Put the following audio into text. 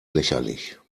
lächerlich